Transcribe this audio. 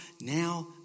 now